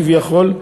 כביכול,